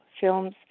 films